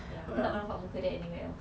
ya aku tak nampak muka dia anywhere else